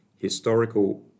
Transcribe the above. historical